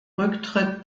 rücktritt